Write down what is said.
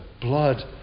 blood